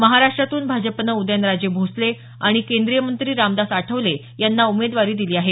महाराष्ट्रातून भाजपनं उदयनराजे भोसले आणि केंद्रीय मंत्री रामदास आठवले यांना उमेदवारी दिली आहे